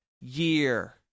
year